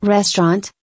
Restaurant